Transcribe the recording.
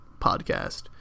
podcast